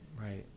Right